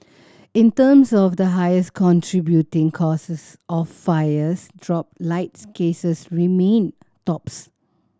in terms of the highest contributing causes of fires dropped lights cases remained tops